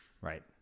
right